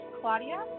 claudia